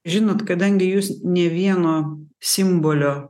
žinot kadangi jūs ne vieno simbolio